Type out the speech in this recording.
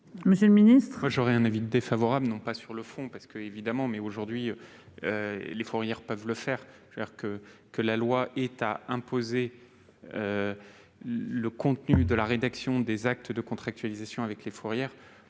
monsieur le ministre,